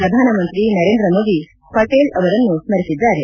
ಪ್ರಧಾನಮಂತ್ರಿ ನರೇಂದ್ರ ಮೋದಿ ಪಟೇಲ್ ಅವರನ್ನು ಸ್ಕರಿಸಿದ್ದಾರೆ